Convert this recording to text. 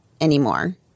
anymore